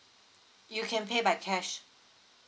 you can pay by cash